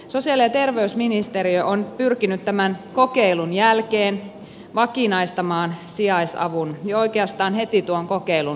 sosiaali ja terveysministeriö on pyrkinyt tämän kokeilun jälkeen vakinaistamaan sijaisavun jo oikeastaan heti tuon kokeilun päätyttyä